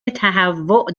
تهوع